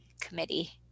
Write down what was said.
committee